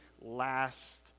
last